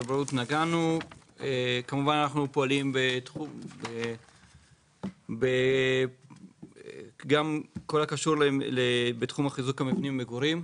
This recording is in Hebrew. אנחנו פועלים גם בכל הקשור לחיזוק מבני מגורים,